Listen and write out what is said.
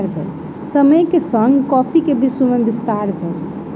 समय के संग कॉफ़ी के विश्व में विस्तार भेल